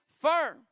firm